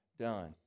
done